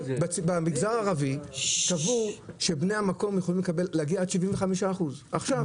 במגזר הערבי קבעו שבני המקום יכולים להגיע עד 75%. עכשיו,